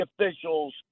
officials